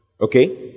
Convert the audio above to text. Okay